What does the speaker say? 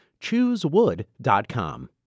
Choosewood.com